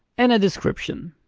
and a description.